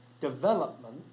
development